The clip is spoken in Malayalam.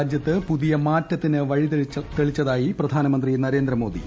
രാജ്യത്ത് പുതിയമാറ്റത്തിന് വഴി തെളിച്ചതായി പ്രധാനമന്ത്രി നരേന്ദ്രമോദി